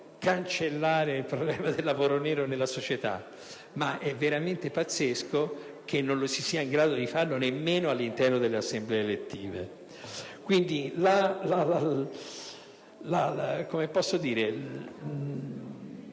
cancellare il problema del lavoro nero nella società, ma è veramente pazzesco che non si sia in grado di farlo nemmeno all'interno delle Assemblee elettive. Questo impegno deve